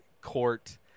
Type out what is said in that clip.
court